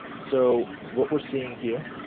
so what we're seeing here